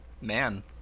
man